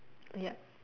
yup